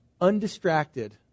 undistracted